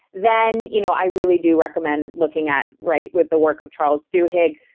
then you know i really do recommend looking at right with the work of charles duhigg,